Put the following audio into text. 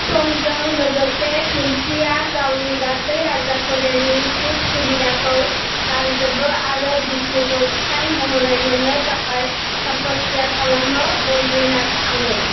समजों लोगोसे तुलसिया गावनि गासै राजा फोलेरनि सुख सुबिदाखौ गारजोबो आरो बिष्णुखौ फिसाइ महरै मोननो थाखाय तपस्या खालामनो बनद्रीनाथ थाङो